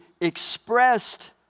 expressed